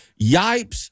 Yipes